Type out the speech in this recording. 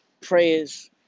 prayers